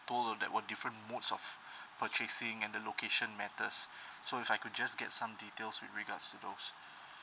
told there were different mode of purchasing and the location matters so if I could just get some details with regards to those